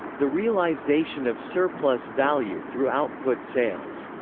the realisation of surplus-value through output sales.